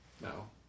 No